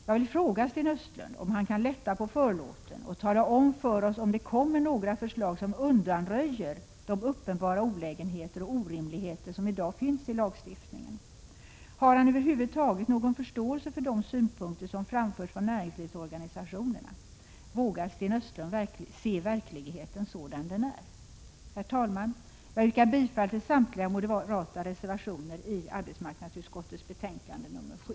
Jag vill fråga Sten Östlund om han kan lätta på förlåten och tala om för oss om det kommer några förslag som undanröjer de uppenbara olägenheter och orimligheter som i dag finns i lagstiftningen. Har han över huvud taget någon förståelse för de synpunkter som framförts från näringslivsorganisationerna? Vågar Sten Östlund se verkligheten sådan den är? Herr talman! Jag yrkar bifall till samtliga moderata reservationer i arbetsmarknadsutskottets betänkande nr 7.